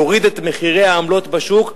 יוריד את מחירי העמלות בשוק,